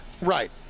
Right